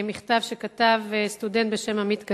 מכתב שכתב סטודנט בשם עמית קציר.